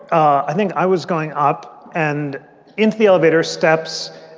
ah i think i was going up and into the elevator steps,